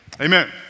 Amen